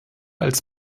als